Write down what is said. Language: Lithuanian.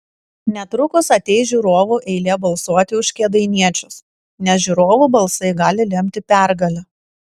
netrukus ateis žiūrovų eilė balsuoti už kėdainiečius nes žiūrovų balsai gali lemti pergalę